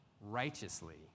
righteously